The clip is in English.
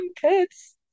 kids